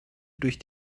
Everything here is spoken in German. durch